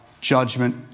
judgment